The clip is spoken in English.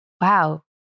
Wow